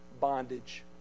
bondage